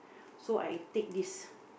so I take this